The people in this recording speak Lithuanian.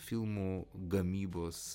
filmų gamybos